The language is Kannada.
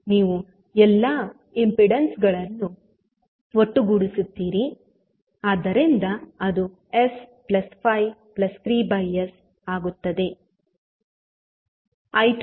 ನೀವು ಎಲ್ಲಾ ಇಂಪಿಡೆನ್ಸ್ಗ ಳನ್ನು ಒಟ್ಟುಗೂಡಿಸುತ್ತೀರಿ ಆದ್ದರಿಂದ ಅದು s53s ಆಗುತ್ತದೆ